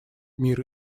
мир